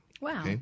wow